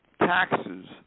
taxes